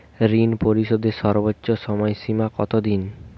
ঋণ পরিশোধের সর্বোচ্চ সময় সীমা কত দিন?